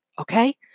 okay